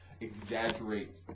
exaggerate